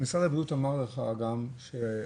משרד הבריאות אמר לך גם שהיום